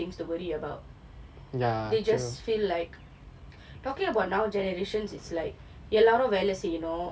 I think a lot of people will be carefree and they don't have a lot of things to worry about yeah they just feel like talking about now generations is like எல்லாரும் வேலை செய்யணும்:ellaarum velai seyyanum you know